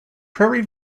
prairie